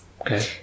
Okay